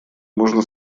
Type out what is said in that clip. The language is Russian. можно